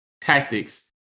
tactics